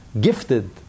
gifted